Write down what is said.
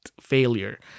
failure